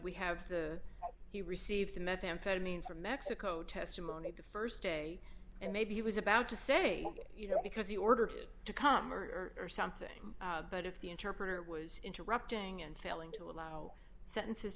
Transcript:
we have the he received the methamphetamine from mexico testimony the st day and maybe he was about to say you know because he ordered it to come or something but if the interpreter was interrupting and failing to allow sentences